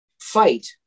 fight